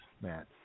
Matt